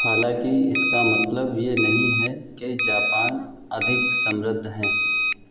हालांकि इसका मतलब ये नहीं है कि जापान अधिक समृद्ध हैं